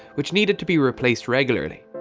which needed to be replaced regularly,